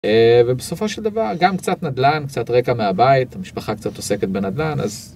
ובסופו של דבר גם קצת נדל"ן, קצת רקע מהבית, המשפחה קצת עוסקת בנדל"ן אז.